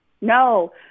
No